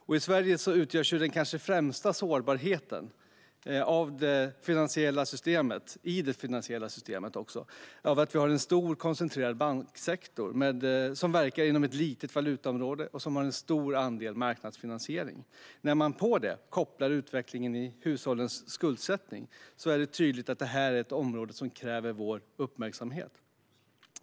I Sverige utgörs den kanske främsta sårbarheten i det finansiella systemet av att vi har en stor, koncentrerad banksektor som verkar inom ett litet valutaområde och har en stor andel marknadsfinansiering. När man på det kopplar utvecklingen i hushållens skuldsättning är det tydligt att det här är ett område som kräver vår uppmärksamhet.